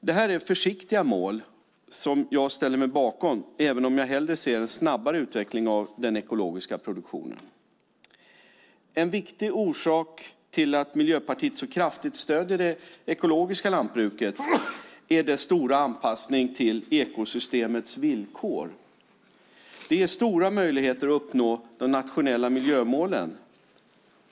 Det här är försiktiga mål som jag ställer mig bakom, även om jag hellre ser en snabbare utveckling av den ekologiska produktionen. En viktig orsak till att Miljöpartiet så kraftigt stöder det ekologiska lantbruket är dess stora anpassning till ekosystemets villkor. Det ger stora möjligheter att uppnå de nationella miljömålen.